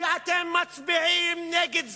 ואתם מצביעים נגד זה.